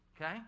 Okay